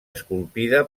esculpida